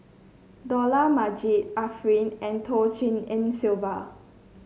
Dollah Majid Arifin and Tshin En Sylvia